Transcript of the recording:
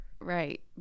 Right